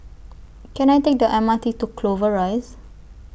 Can I Take The M R T to Clover Rise